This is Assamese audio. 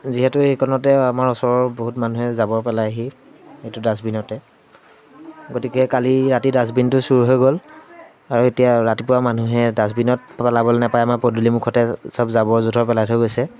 যিহেতু সেইকণতে আমাৰ ওচৰৰ বহুত মানুহে জাবৰ পেলাইহি এইটো ডাষ্টবিনতে গতিকে কালি ৰাতি ডাষ্টবিনটো চুৰ হৈ গ'ল আৰু এতিয়া ৰাতিপুৱা মানুহে ডাষ্টবিনত পেলাবলৈ নাপায় আমাৰ পদূলি মুখতে চব জাবৰ জোঁথৰ পেলাই থৈ গৈছে